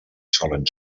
solen